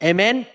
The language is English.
Amen